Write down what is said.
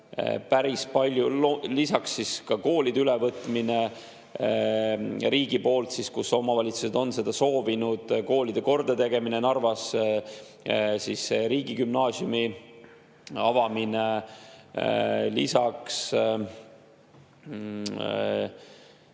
päris palju. Lisaks ka koolide ülevõtmine riigi poolt seal, kus omavalitsused on seda soovinud, koolide kordategemine, Narvas riigigümnaasiumi avamine.